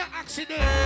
accident